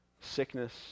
Sickness